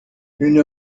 une